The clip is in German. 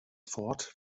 fort